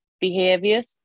behaviors